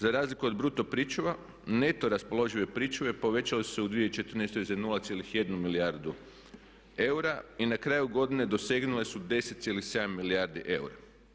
Za razliku od bruto pričuva neto raspoložive pričuve povećale su se u 2014. za 0,1 milijardu eura i na kraju godine dosegnule su 10,7 milijardi eura.